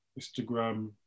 Instagram